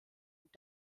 und